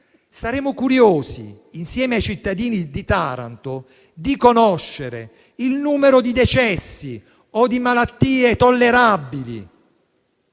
Saremo curiosi, insieme ai cittadini di Taranto, di conoscere il numero di decessi o di malattie tollerabili: